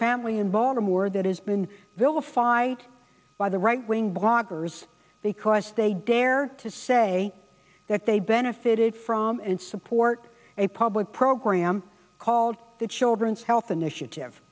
family in baltimore that has been vilified by the right wing bloggers because they dare to say that they benefited from and support a public program called the children's health initiative